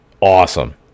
awesome